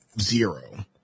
zero